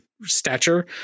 stature